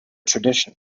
tradition